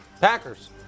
Packers